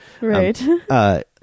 Right